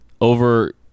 over –